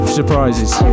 surprises